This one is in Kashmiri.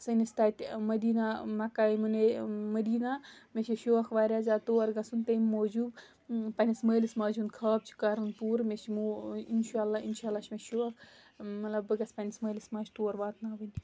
سٲنِس تَتہِ مدیٖنہ مَکاحے مٔدیٖنہ مےٚ چھُ شوق واریاہ زیادٕ تور گَژھُن تَمہِ موٗجوٗب پنٕنِس مٲلِس ماجہِ ہُنٛد خاب چھُ کَرُن پوٗرٕ مےٚ چھُ مو اِنشاء اللہ اِنشاء اللہ چھُ مےٚ شوق مطلب بہٕ گَژھٕ پنٕنِس مٲلِس ماجہِ تور واتناوٕنۍ